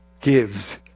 gives